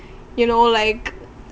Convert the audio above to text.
you know like